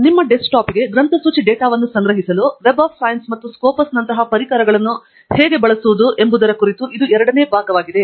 ನಿಮ್ಮ ಡೆಸ್ಕ್ಟಾಪ್ಗೆ ಗ್ರಂಥಸೂಚಿ ಡೇಟಾವನ್ನು ಸಂಗ್ರಹಿಸಲು ಸೈನ್ಸ್ ಮತ್ತು ಸ್ಕೋಪಸ್ನಂತಹ ಪರಿಕರಗಳನ್ನು ಹೇಗೆ ಬಳಸುವುದು ಎಂಬುದರ ಕುರಿತು ಲಿಟರೇಚರ್ ಸರ್ವೇ ಮಾಡ್ಯೂಲ್ನ ಎರಡನೇ ಭಾಗವಾಗಿದೆ